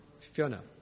Fiona